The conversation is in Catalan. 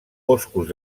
boscos